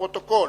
לפרוטוקול.